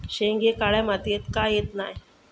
शेंगे काळ्या मातीयेत का येत नाय?